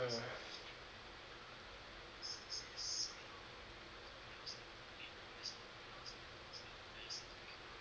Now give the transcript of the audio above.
mm